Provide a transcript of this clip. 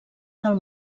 del